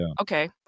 okay